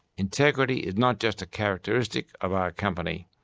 integrity is not just a characteristic of our company,